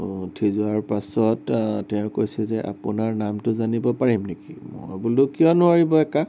উঠি যোৱাৰ পাছত তেওঁ কৈছে যে আপোনাৰ নামটো জানিব পাৰিম নেকি মই বোলো কিয় নোৱাৰিব একা